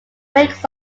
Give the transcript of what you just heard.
wakes